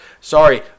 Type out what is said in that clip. Sorry